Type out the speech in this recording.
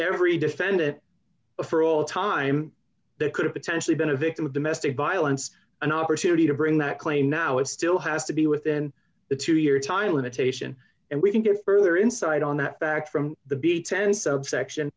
every defendant for all time they could have potentially been a victim of domestic violence an opportunity to bring that claim now it still has to be within a two year time limitation and we can give further insight on that fact from the b ten subsection